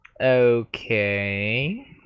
Okay